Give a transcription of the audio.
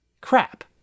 Crap